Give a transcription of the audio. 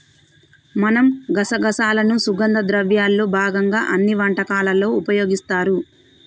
మనం గసగసాలను సుగంధ ద్రవ్యాల్లో భాగంగా అన్ని వంటకాలలో ఉపయోగిస్తారు